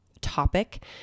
topic